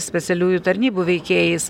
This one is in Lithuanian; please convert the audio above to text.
specialiųjų tarnybų veikėjais